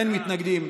אין מתנגדים,